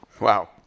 Wow